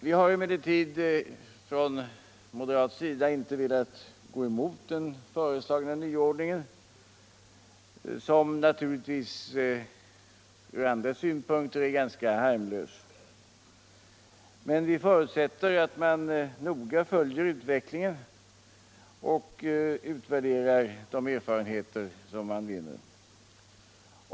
Vi har emellertid på moderat håll inte velat gå emot den föreslagna nya ordningen, som naturligtvis ur andra synpunkter är ganska harmlös. Men vi förutsätter att man noga följer utvecklingen och utvärderar de erfarenheter som man vinner.